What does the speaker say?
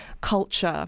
culture